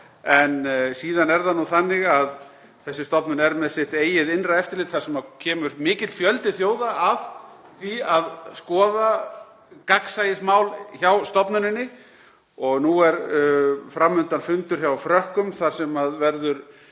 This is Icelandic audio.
En síðan er það nú þannig að þessi stofnun er með sitt eigið innra eftirlit þar sem kemur mikill fjöldi þjóða að því að skoða gagnsæismál hjá stofnuninni. Nú er fram undan fundur hjá Frökkum þar sem ástandið